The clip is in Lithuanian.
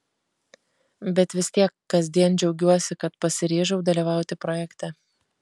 bet vis tiek kasdien džiaugiuosi kad pasiryžau dalyvauti projekte